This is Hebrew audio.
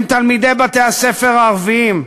הם תלמידי בתי-הספר הערביים,